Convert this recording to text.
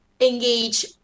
engage